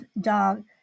dog